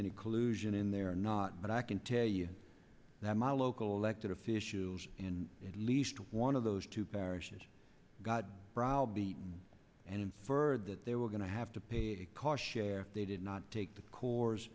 any collusion in there or not but i can tell you that my local elected officials in at least one of those two parishes got browbeaten and inferred that they were going to have to pay a car share they did not take the course